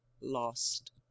lost